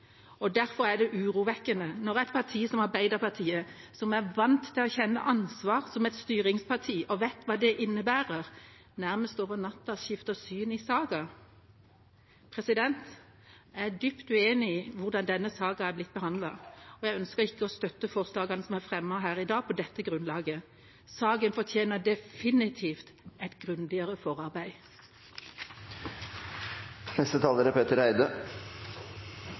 og derfor er det urovekkende når et parti som Arbeiderpartiet, som er vant til å kjenne ansvar som et styringsparti og vet hva det innebærer, nærmest over natta skifter syn i saken. Jeg er dypt uenig i hvordan denne saken er blitt behandlet, og jeg ønsker ikke å støtte forslagene som er fremmet her i dag på dette grunnlaget. Saken fortjener definitivt et grundigere forarbeid. SV er